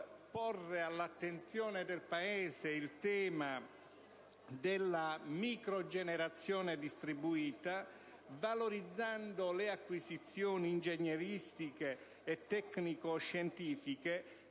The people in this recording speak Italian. porre all'attenzione del Paese il tema della microgenerazione distribuita, valorizzando le acquisizioni ingegneristiche e tecnico-scientifiche